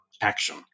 action